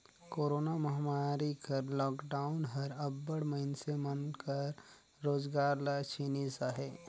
corona महमारी कर lockdown हर अब्बड़ मइनसे मन कर रोजगार ल छीनिस अहे